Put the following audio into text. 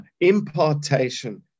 impartation